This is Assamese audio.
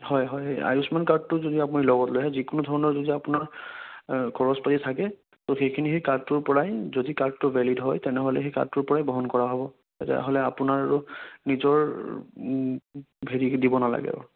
হয় হয় আয়ুস্মান কাৰ্ডটো যদি আপুনি লগত লৈ আহে যিকোনো ধৰণৰ যদি আপোনাক খৰছ পাতি থাকে ত' সেইখিনি সেই কাৰ্ডটোৰ পৰাই যদি কাৰ্ডটো ভেলিড হয় তেনেহ'লে সেই কাৰ্ডটোৰ পৰাই বহন কৰা হ'ব এতিয়া হ'লে আপোনাৰ আৰু নিজৰ হেৰি দিব নালাগে আৰু